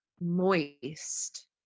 moist